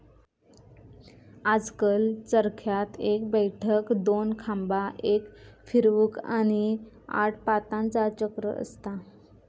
आजकल चरख्यात एक बैठक, दोन खांबा, एक फिरवूक, आणि आठ पातांचा चक्र असता